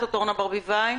כן.